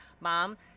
Mom